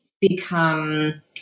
become